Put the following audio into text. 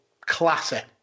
classic